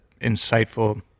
insightful